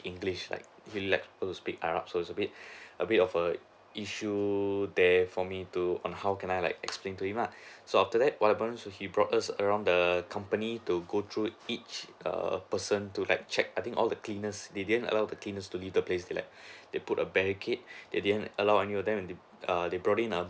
english like really like I've to speak arab so it's a bit a bit of a issue there for me to on how can I like explain to him lah so after that what happened so he brought us around the company to go through each err person to like check I think all the cleaners they didn't allow the cleaners to leave the place like they put a baggage they didn't allow any of them and err they brought in err